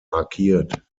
markiert